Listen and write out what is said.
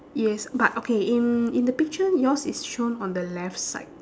yes but okay in in the picture yours is shown on the left side